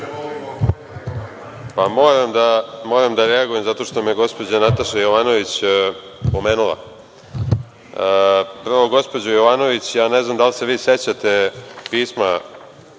Moram da reagujem zato što me je gospođa Nataša Jovanović spomenula. Prvo, gospođo Jovanović, ja ne znam da li se vi sećate pisma